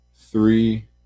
three